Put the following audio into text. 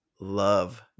love